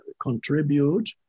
contribute